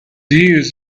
years